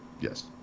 yes